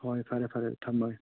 ꯍꯣꯏ ꯐꯔꯦ ꯐꯔꯦ ꯊꯝꯃꯒꯦ